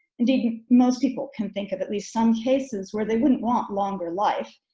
indeed most people can think of at least some cases where they wouldn't want longer life.